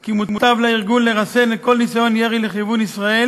כי מוטב לארגון לרסן כל ניסיון ירי לכיוון ישראל,